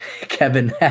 Kevin